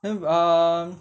then err